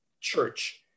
church